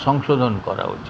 সংশোধন করা উচিত